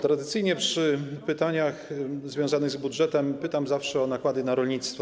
Tradycyjnie przy pytaniach związanych z budżetem pytam zawsze o nakłady na rolnictwo.